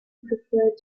preferred